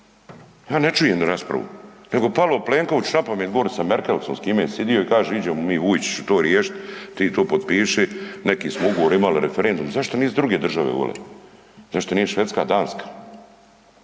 ja ne čujem raspravu, nego palo Plenkoviću napamet gore sa Merkelicom s kime je sidio i kaže iđemo mi Vujčiću to riješiti, ti to potpiši neki smo ugovor imali referendum. Zašto nisu druge države uvele? Zašto nije Švedska, Danska,